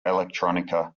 electronica